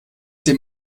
dem